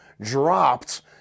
dropped